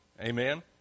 Amen